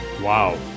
Wow